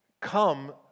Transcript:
come